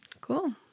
cool